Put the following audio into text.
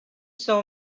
saw